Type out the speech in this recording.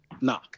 Nah